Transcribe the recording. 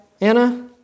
Anna